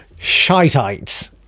shiteites